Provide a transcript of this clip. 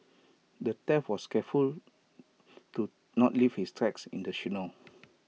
the thief was careful to not leave his tracks in the snow